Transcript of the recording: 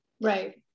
Right